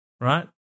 right